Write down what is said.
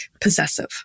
possessive